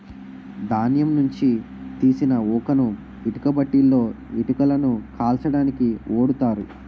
ధాన్యం నుంచి తీసిన ఊకను ఇటుక బట్టీలలో ఇటుకలను కాల్చడానికి ఓడుతారు